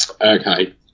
Okay